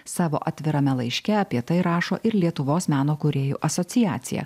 savo atvirame laiške apie tai rašo ir lietuvos meno kūrėjų asociacija